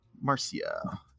marcia